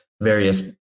various